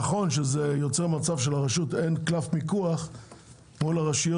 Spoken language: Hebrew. נכון שזה יוצר מצב שלרשות המים אין קלף מיקוח מול הרשויות